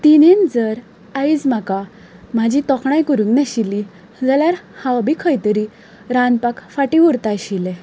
तिणेंन जर आयज म्हाका म्हजी तोखणाय करूंक नाशिल्ली हांव बी खंय तरी रांदपाक फाटी उरता आशिल्लें